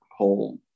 whole